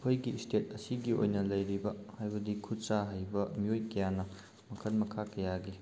ꯑꯩꯈꯣꯏꯒꯤ ꯏꯁꯇꯦꯠ ꯑꯁꯤꯒꯤ ꯑꯣꯏꯅ ꯂꯩꯔꯤꯕ ꯍꯥꯏꯕꯗꯤ ꯈꯨꯠꯁꯥ ꯍꯩꯕ ꯃꯤꯑꯣꯏ ꯀꯌꯥꯅ ꯃꯈꯟ ꯃꯈꯥ ꯀꯌꯥꯒꯤ